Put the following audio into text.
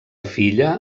filla